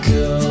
go